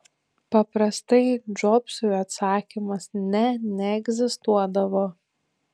paprastai džobsui atsakymas ne neegzistuodavo